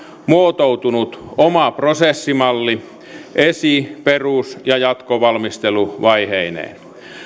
muotoutunut oma prosessimalli esi perus ja jatkovalmisteluvaiheineen